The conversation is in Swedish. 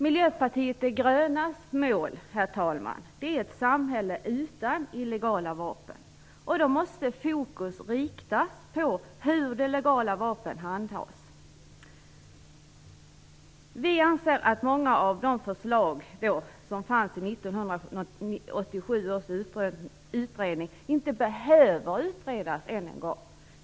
Miljöpartiet de grönas mål, herr talman, är ett samhälle utan illegala vapen, och då måste fokus riktas mot hur de legala vapnen handhas. Vi anser att många av de förslag som fanns i 1987 års utredning inte behöver utredas ännu en gång.